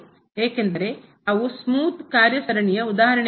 ಏಕೆಂದರೆ ಅವು ಸ್ಮೂತ್ ನಯವಾದ ಕಾರ್ಯ ಸರಣಿಯ ಉದಾಹರಣೆಗಳಾಗಿವೆ